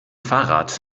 fahrrad